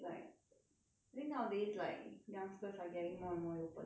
I think nowadays like youngsters are getting more and more 有本事 honestly